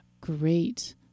Great